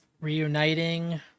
reuniting